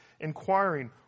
inquiring